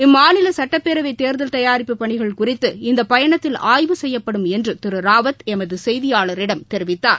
இம்மாநிலசட்டப்பேரவைதேர்தல் தயாரிப்பு பணிகள் குறித்து இநதபயணத்தில் ஆய்வு செய்யப்படும் என்றுதிருராவத் எமதுசெய்தியாளரிடம் தெரிவித்தார்